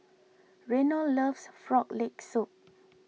Reno loves Frog Leg Soup